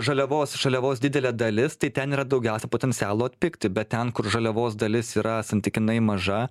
žaliavos žaliavos didelė dalis tai ten yra daugiausia potencialo atpigti bet ten kur žaliavos dalis yra santykinai maža